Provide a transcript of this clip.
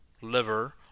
liver